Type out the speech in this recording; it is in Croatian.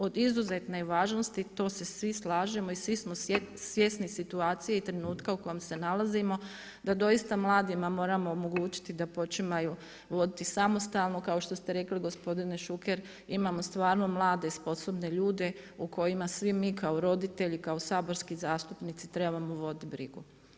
Od izuzetne je važnosti, to se svi slažemo i svi smo svjesni situacije i trenutka u kojem se nalazimo da doista mladima moramo omogućiti da počinju voditi samostalnu, kao što ste rekli gospodine Šuker, imamo stvarno mlade, sposobne ljude o kojima svi mi kao roditelji, kao saborski zastupnici trebamo voditi brigu.